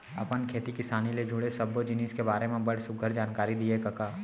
अपन खेती किसानी ले जुड़े सब्बो जिनिस के बारे म बड़ सुग्घर जानकारी दिए कका